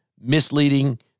misleading